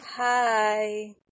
Hi